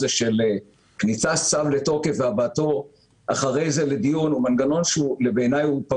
הזה של כניסת צו לתוקף והבאתו אחרי זה לדיון הוא מנגנון פגום.